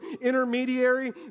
intermediary